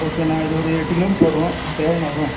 ஓகேண்ணா இது ஒரு எட்டு கிலோ மீட்ரு வரும் அப்போ எவ்வளோண்ணா வரும்